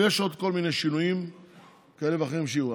ויש עוד כל מיני שינויים כאלה ואחרים שיהיו.